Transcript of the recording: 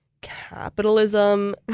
capitalism